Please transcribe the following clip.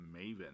Maven